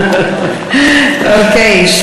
אוקיי,